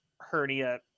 hernia